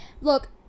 Look